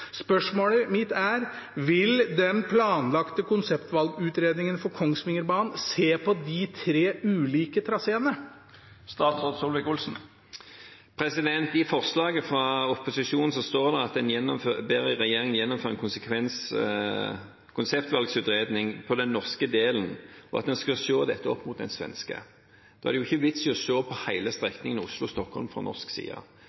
Spørsmålet mitt er: Vil den planlagte konseptvalgutredningen for Kongsvingerbanen se på de tre ulike traseene? I forslaget fra opposisjonen står det at en ber regjeringen gjennomføre en konseptvalgutredning for den norske delen, og at en skal se dette opp mot den svenske. Da er det jo ikke noen vits i å se på hele strekningen Oslo–Stockholm fra norsk side.